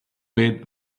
bid